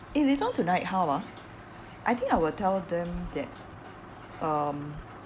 eh later on tonight how ah I think I will tell them that um